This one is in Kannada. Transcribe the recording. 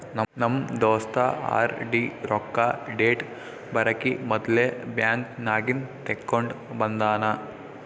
ನಮ್ ದೋಸ್ತ ಆರ್.ಡಿ ರೊಕ್ಕಾ ಡೇಟ್ ಬರಕಿ ಮೊದ್ಲೇ ಬ್ಯಾಂಕ್ ನಾಗಿಂದ್ ತೆಕ್ಕೊಂಡ್ ಬಂದಾನ